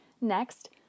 Next